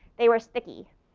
they were sticky,